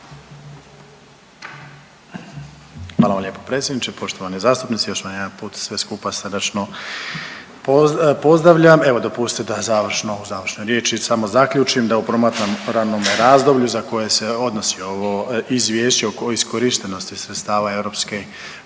Hvala vam lijepo predsjedniče. Poštovani zastupnici još vas jedan put sve skupa srdačno pozdravljam. Evo dopustite da završno, u završnoj riječi samo zaključim da u promatranome razdoblju za koje se odnosi ovo izvješće o iskorištenosti sredstava europskih